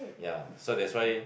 ya so that's why